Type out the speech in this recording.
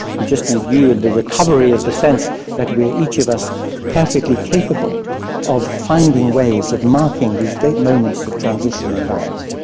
you just need you and the recovery of the sense that we are each of us perfectly capable of finding ways of marking these great moments of transition in lives.